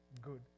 good